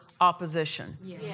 opposition